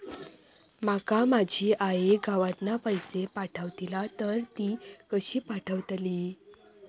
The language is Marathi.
माका माझी आई गावातना पैसे पाठवतीला तर ती कशी पाठवतली?